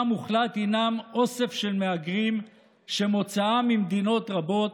המוחלט היא אוסף של מהגרים שמוצאם ממדינות רבות,